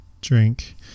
drink